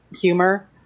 humor